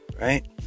right